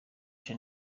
cha